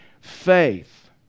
faith